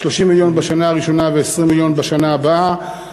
30 מיליון בשנה הראשונה ו-20 מיליון בשנה הבאה.